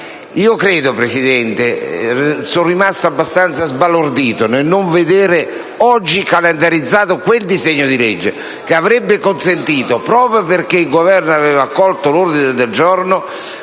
Ebbene, Presidente, sono rimasto abbastanza sbalordito nel non vedere oggi calendarizzato quel disegno di legge, che avrebbe eventualmente consentito, proprio perché il Governo aveva accolto l'ordine del giorno